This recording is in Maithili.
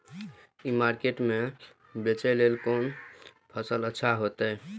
ई मार्केट में बेचेक लेल कोन फसल अच्छा होयत?